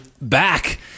back